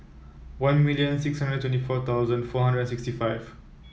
one million six hundred twenty four thousand four hundred sixty five